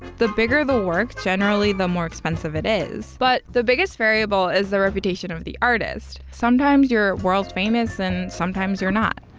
the bigger the work, generally the more expensive it is. but, the biggest variable is the reputation of the artist. sometimes you're world-famous, and sometimes you're not.